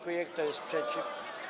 Kto jest przeciw?